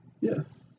Yes